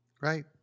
Right